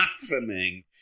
happening